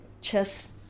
chess